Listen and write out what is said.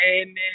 Amen